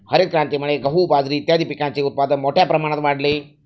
हरितक्रांतीमुळे गहू, बाजरी इत्यादीं पिकांचे उत्पादन मोठ्या प्रमाणात वाढले